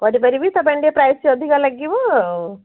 କରି ପାରିବି ତା'ପାଇଁ ଟିକେ ପ୍ରାଇସ୍ ଟିକେ ଅଧିକା ଲାଗିବ ଆଉ